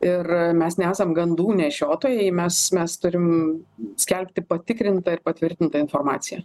ir mes nesam gandų nešiotojai mes mes turim skelbti patikrintą ir patvirtintą informaciją